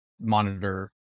monitor